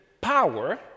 power